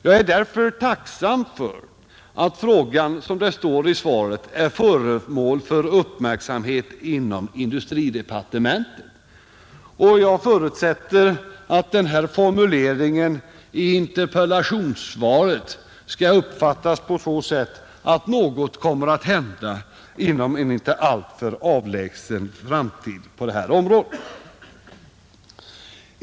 Jag är därför tacksam att frågan, som det står i svaret, är föremål för uppmärksamhet inom industridepartementet. Och jag förutsätter att formuleringen i behoven på datateknikens område interpellationssvaret skall uppfattas på så sätt, att något kommer att hända inom en inte alltför avlägsen framtid på detta område.